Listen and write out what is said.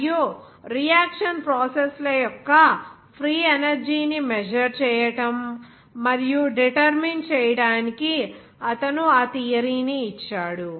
మరియు reaction process ల యొక్క ఫ్రీ ఎనర్జీ ని మెజర్ చేయడం మరియు డిటర్మిన్ చేయడానికి అతను ఆ థియరీ ని ఇచ్చాడు